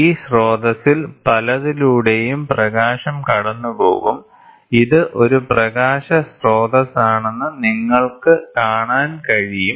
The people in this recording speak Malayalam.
ഈ സ്രോതസ്സിൽ പലതിലൂടെയും പ്രകാശം കടന്നുപോകും ഇത് ഒരു പ്രകാശ സ്രോതസ്സാണെന്ന് നിങ്ങൾക്ക് കാണാൻ കഴിയും